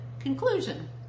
conclusion